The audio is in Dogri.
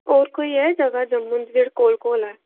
होर कोई ऐ जगहा जम्मू दे जेह्ड़े कोल कोल ऐ